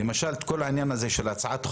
למשל, את כל העניין הזה של הצעת חוק,